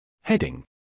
Heading